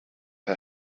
her